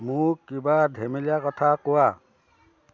মোক কিবা ধেমেলীয়া কথা কোৱা